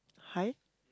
hi